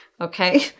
Okay